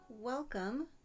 Welcome